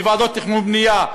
בוועדות תכנון ובנייה.